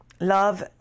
love